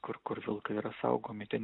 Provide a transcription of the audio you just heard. kur kur vilkai yra saugomi ten